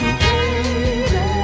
baby